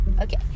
Okay